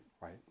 right